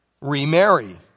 remarry